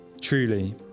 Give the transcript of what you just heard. Truly